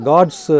God's